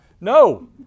No